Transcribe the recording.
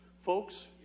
Folks